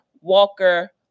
Walker